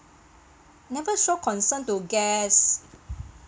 never show concern to guests